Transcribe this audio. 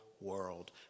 world